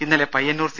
ഇന്നലെ പയ്യന്നൂർ സി